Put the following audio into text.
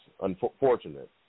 unfortunate